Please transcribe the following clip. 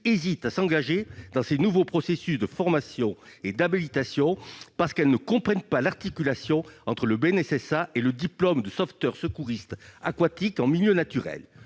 hésitent à s'engager dans ces nouveaux processus de formation et d'habilitation, parce qu'elles ne comprennent pas l'articulation entre le BNSSA et le diplôme de sauveteur secouriste aquatique en milieu naturel.